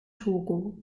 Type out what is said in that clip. togo